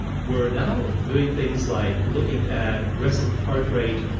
we're now doing things like looking at resting heart rate,